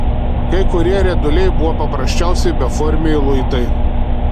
kai kurie rieduliai buvo paprasčiausi beformiai luitai